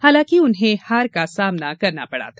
हालांकि उन्हें हार का सामना करना पड़ा था